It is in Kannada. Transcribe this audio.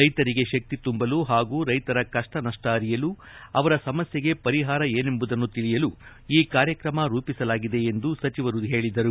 ರೈತರಿಗೆ ಶಕ್ತಿ ತುಂಬಲು ಹಾಗೂ ರೈತರ ಕಷ್ವ ನಷ್ವ ಅರಿಯಲು ಅವರ ಸಮಸ್ಯೆಗೆ ಪರಿಹಾರ ಏನೆಂಬುದನ್ನು ತಿಳಿಯಲು ಈ ಕಾರ್ಯಕ್ರಮ ರೂಪಿಸಲಾಗಿದೆ ಎಂದು ಸಚಿವರು ತಿಳಿಸಿದರು